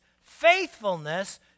faithfulness